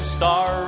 star